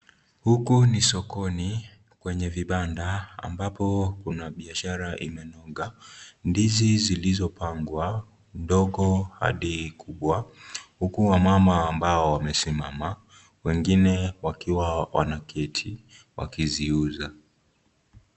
Huku ni sokoni kwenye vibanda ambapo kuna na biashara imenoga ndizi zilizopangwa ndogo hadi kubwa huku wamama ambao wamesimama wengine wakiwa wameketi wakiziuza.